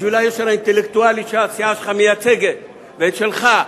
בשביל היושר האינטלקטואלי שהסיעה שלך מייצגת ושלך,